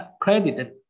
credited